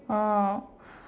oh